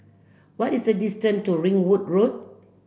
what is the distant to Ringwood Road